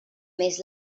més